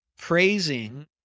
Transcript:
praising